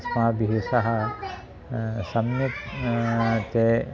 अस्माभिः सह सम्यक् ते